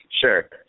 Sure